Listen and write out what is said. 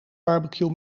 barbecue